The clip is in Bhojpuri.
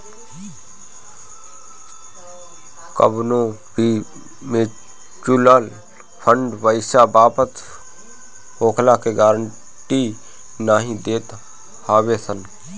कवनो भी मिचुअल फंड पईसा वापस होखला के गारंटी नाइ देत हवे सन